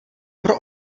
pro